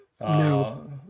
No